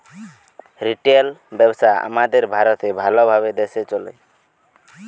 retail ব্যবসা আমাদের ভারতে ভাল ভাবে দ্যাশে চলে